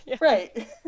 right